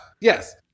yes